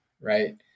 right